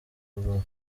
rubavu